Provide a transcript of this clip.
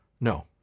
No